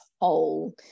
whole